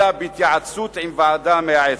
אלא בהתייעצות עם ועדה מייעצת.